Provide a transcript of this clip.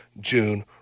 June